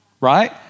right